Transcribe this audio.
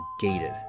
gated